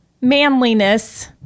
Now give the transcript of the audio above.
manliness